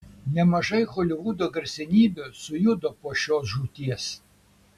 nemažai holivudo garsenybių sujudo po šios žūties